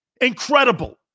Incredible